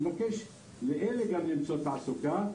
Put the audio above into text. אני מבקש גם להם למצוא תעסוקה,